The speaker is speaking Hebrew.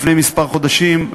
לפני כמה חודשים,